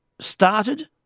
started